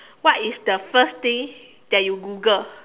what is the first thing that you Google